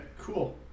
Cool